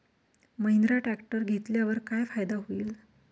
Mahindra tractor घेतल्यावर काय फायदा होईल?